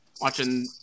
watching